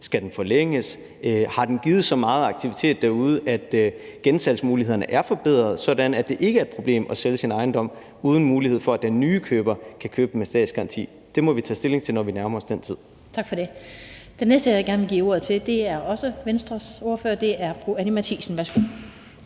skal forlænges. Har den givet så meget aktivitet derude, at gensalgsmulighederne er forbedret, sådan at det ikke er et problem at sælge sin ejendom uden mulighed for, at den nye køber kan købe den med statsgaranti? Det må vi tage stilling til, når vi nærmer os den tid. Kl. 17:27 Den fg. formand (Annette Lind): Tak for det. Den næste, jeg gerne vil give ordet til, er også Venstres ordfører, og det er fru Anni Matthiesen. Værsgo.